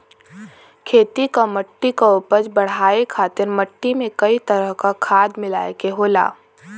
खेती क मट्टी क उपज बढ़ाये खातिर मट्टी में कई तरह क खाद मिलाये के होला